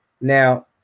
Now